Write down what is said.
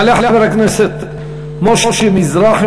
יעלה חבר הכנסת משה מזרחי,